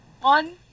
one